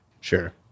Sure